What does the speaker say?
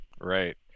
Right